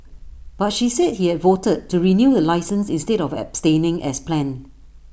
but she said he had voted to renew the licence instead of abstaining as planned